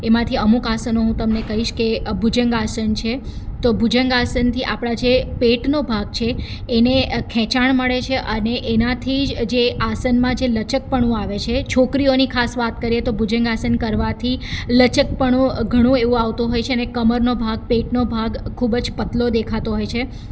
એમાંથી અમુક આસનો હું તમને કહીશ કે ભુજંગ આસન છે તો ભુજંગ આસાનથી આપણા જે પેટનો ભાગ છે એને ખેંચાણ મળે છે અને એનાથી જ જે આસનમાં જે લચકપણું આવે છે છોકરીઓની ખાસ વાત કરીયે તો ભુજંગ આસન કરવાથી લચકપણું ઘણો એવો આવતો હોય છે અને કમરનો ભાગ પેટનો ભાગ ખૂબ જ પતલો દેખાતો હોય છે